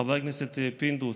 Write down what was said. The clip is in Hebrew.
חבר הכנסת פינדרוס,